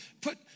put